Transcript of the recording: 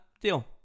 Deal